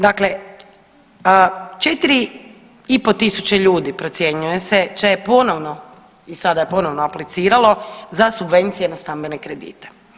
Dakle, 4500 ljudi procjenjuje se će ponovno i sada je ponovno apliciralo za subvencije za stambene kredite.